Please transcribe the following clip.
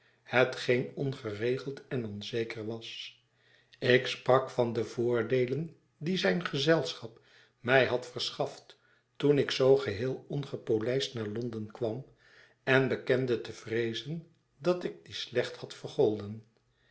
hetgeen ongeregeld en onzeker was ik sprak van de voordeelen die zijn gezelschap mij had verschaft toen ik zoo geheel ongepolijst naar lon den kwam en bekende te vreezen dat ik die slecht had vergolden